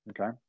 Okay